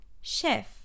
chef